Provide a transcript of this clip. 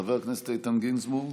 חבר הכנסת איתן גינזבורג.